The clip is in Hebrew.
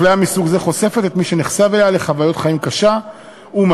הפליה מסוג זה חושפת את מי שנחשף אליה לחוויית חיים קשה ומשפילה,